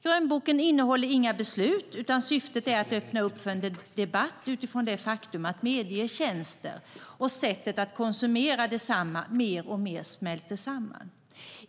Grönboken innehåller inga beslut, utan syftet är att öppna upp för en debatt utifrån det faktum att medietjänster och sättet att konsumera dem mer och mer smälter samman.